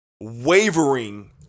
wavering